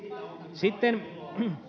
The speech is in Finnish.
sitten